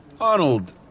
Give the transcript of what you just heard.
Arnold